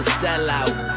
sellout